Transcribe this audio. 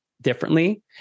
differently